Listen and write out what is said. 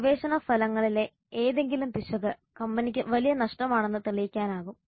ഗവേഷണ ഫലങ്ങളിലെ ഏതെങ്കിലും പിശക് കമ്പനിക്ക് വലിയ നഷ്ടമാണെന്ന് തെളിയിക്കാനാകും